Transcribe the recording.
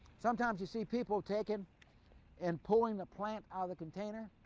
sometimes you see people take and and pulling the plant out of the container.